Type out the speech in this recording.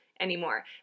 anymore